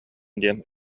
диэн